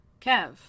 Kev